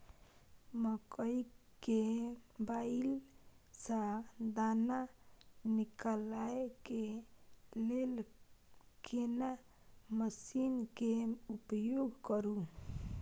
मकई के बाईल स दाना निकालय के लेल केना मसीन के उपयोग करू?